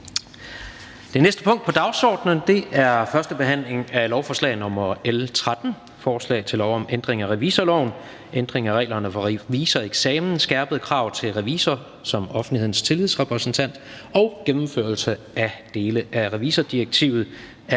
(Fremsættelse 07.10.2020). 15) 1. behandling af lovforslag nr. L 13: Forslag til lov om ændring af revisorloven. (Ændring af reglerne for revisoreksamen, skærpede krav til revisor som offentlighedens tillidsrepræsentant og gennemførelse af dele af revisordirektivet).